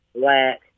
black